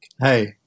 hey